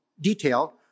detail